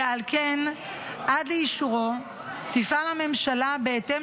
ועל כן עד לאישורו תפעל הממשלה בהתאם